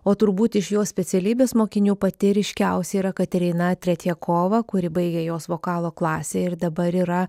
o turbūt iš jos specialybės mokinių pati ryškiausia yra katerina tretjekova kuri baigė jos vokalo klasę ir dabar yra